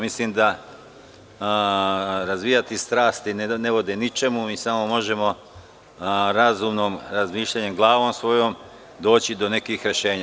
Mislim da razvijati strasti ne vodi ničemu i samo možemo razumnim razmišljanjem, svojom glavom doći do nekih rešenja.